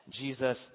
Jesus